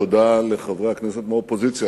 תודה לחברי הכנסת מהאופוזיציה,